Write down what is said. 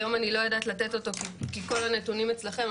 היום אני לא יודעת לתת אותו כי כל הנתונים אצלכם,